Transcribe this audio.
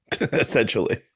essentially